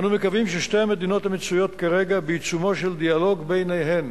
אנו מקווים ששתי המדינות המצויות כרגע בעיצומו של דיאלוג ביניהן